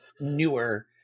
newer